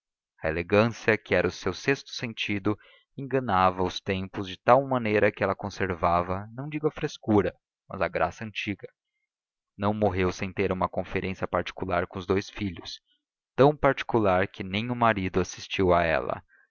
a elegância que era o seu sexto sentido enganava os tempos de tal maneira que ela conservava não digo a frescura mas a graça antiga não morreu sem ter uma conferência particular com os dous filhos tão particular que nem o marido assistiu a ela